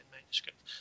manuscript